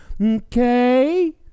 Okay